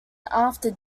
after